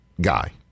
guy